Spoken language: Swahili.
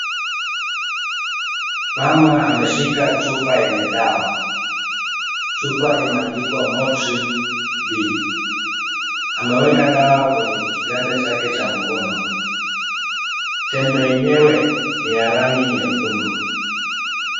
Mama ameshika chupa yenye dawa. Chupa imeandikwa Motrine B. Ameweka dawa kwenye kiganja chake cha mkono. Tembe yenyewe ni ya rangi nyekundu.